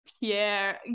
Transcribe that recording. Pierre